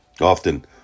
Often